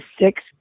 six